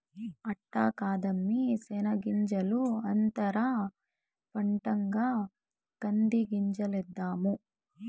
అట్ట కాదమ్మీ శెనగ్గింజల అంతర పంటగా కంది గింజలేద్దాము